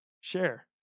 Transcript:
Share